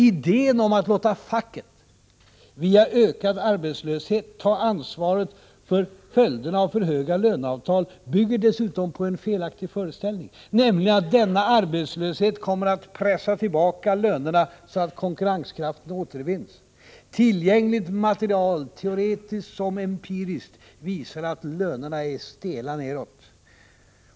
Idén att låta facket, via ökad arbetslöshet, ta ansvaret för följderna av för höga löneavtal bygger dessutom på en felaktig föreställning, nämligen att denna arbetslöshet kommer att pressa tillbaka lönerna så att konkurrenskraften återvinns. Tillgängligt material — såväl teoretiskt som empiriskt — visar att lönerna är stela nedåt.